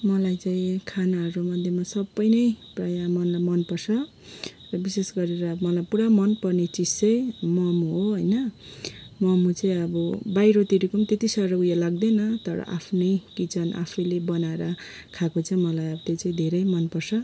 मलाई चाहिँ खानाहरू मध्येमा सबै नै प्राय मलाई मनपर्छ विशेष गरेर मलाई पुरा मनपर्ने चिज चाहिँ मोमो हो होइन मोमो चाहिँ अब बाहिरतिरको पनि त्यति साह्रो ऊ यो लाग्दैन तर आफ्नै किचन आफैले बनाएर खाएको चाहिँ मलाई त्यो चाहिँ धेरै नै मनपर्छ